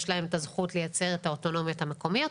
יש להם את הזכות לייצר את האוטונומיות המקומיות.